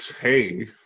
Hey